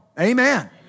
Amen